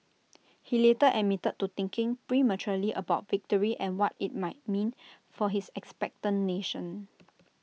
he later admitted to thinking prematurely about victory and what IT might mean for his expectant nation